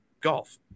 golf